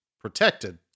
protected